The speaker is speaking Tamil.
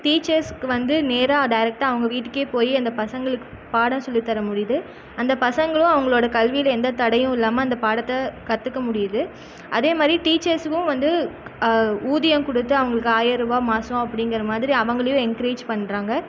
டீச்சர்ஸ்க்கு வந்து நேராக டேரக்டாக அவங்க வீட்டுக்கே போய் அந்த பசங்களுக்கு பாடம் சொல்லி தர முடியிது அந்த பசங்களும் அவங்களோட கல்வியில எந்த தடையும் இல்லாமல் அந்த பாடத்தை கற்றுக்க முடியிது அதே மாதிரி டீச்சர்ஸுக்கும் வந்து ஊதியம் கொடுத்து அவங்களுக்கு ஆயிரருபா மாசம் அப்படிங்கிற மாதிரி அவங்களையும் என்கரேஜ் பண்ணுறாங்க